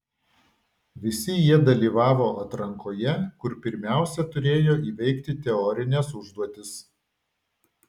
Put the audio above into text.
visi jie dalyvavo atrankoje kur pirmiausia turėjo įveikti teorines užduotis